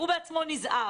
הוא בעצמו נזהר.